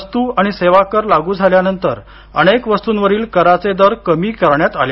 वस्तू आणि सेवा कर लागू झाल्यानंतर अनेक वस्तूंवरील कराचे दर कमी करण्यात आले